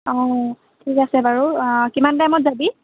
অঁ ঠিক আছে বাৰু কিমান টাইমত যাবি